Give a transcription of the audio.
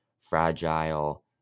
fragile